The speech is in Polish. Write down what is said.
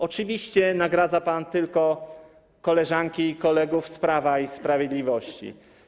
Oczywiście nagradza pan tylko koleżanki i kolegów z Prawa i Sprawiedliwości.